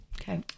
okay